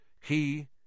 He